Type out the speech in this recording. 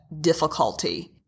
difficulty